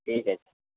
ঠিক আছে